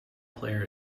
player